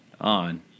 On